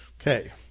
Okay